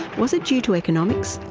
was it due to economics,